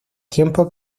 tiempo